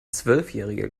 zwölfjähriger